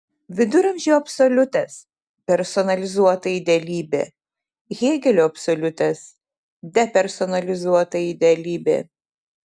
viduramžių absoliutas personalizuota idealybė hėgelio absoliutas depersonalizuota idealybė